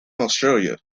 australia